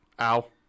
Ow